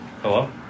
Hello